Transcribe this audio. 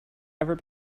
ever